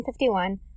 1951